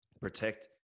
protect